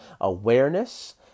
awareness